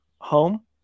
home